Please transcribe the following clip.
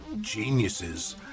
geniuses